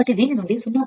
05 సరైనది